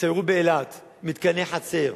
תסיירו באילת, מתקני חצר,